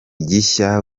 gishya